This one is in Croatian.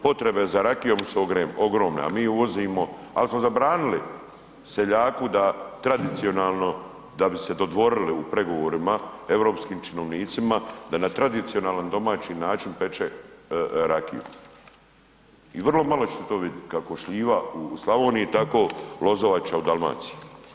Potrebe za rakijom su ogromne, a mi uvozimo, ali smo zabranili seljaku da tradicionalno da bi se dodvorili u pregovorima europskim činovnicima, da na tradicionalan domaći način peče rakiju i vrlo malo ćete to vidjet kako šljiva u Slavoniji tako lozovača u Dalmaciji.